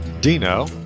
Dino